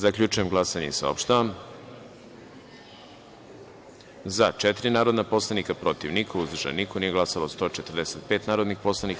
Zaključujem glasanje i saopštavam: za – četiri narodna poslanika, protiv – niko, uzdržan – niko, nije glasalo 145 narodnih poslanika.